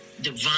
divine